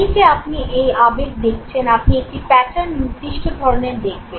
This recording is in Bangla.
এই যে আপনি এই আবেগ দেখছেন আপনি একটি প্যাটার্ন নির্দিষ্ট ধরনের দেখবেন